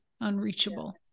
unreachable